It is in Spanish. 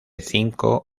cinco